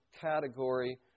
category